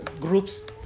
groups